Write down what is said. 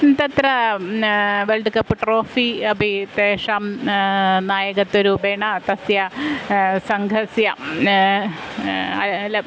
तत्र world cup trophy अपि तेषां नायत्वरूपेण तस्य सङ्घस्य ल